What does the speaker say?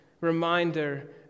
reminder